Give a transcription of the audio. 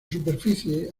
superficie